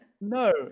No